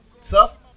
Tough